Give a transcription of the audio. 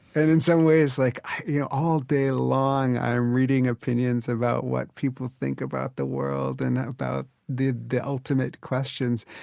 and, in some ways, like you know all day long, i'm reading opinions about what people think about the world and about the the ultimate questions